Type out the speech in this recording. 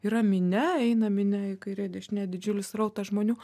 yra minia eina minia į kairę dešinė didžiulis srautas žmonių